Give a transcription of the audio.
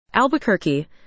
Albuquerque